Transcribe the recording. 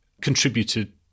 contributed